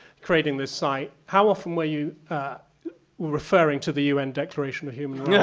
creating this site, how often were you referring to the u n. declaration of human yeah